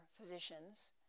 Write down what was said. physicians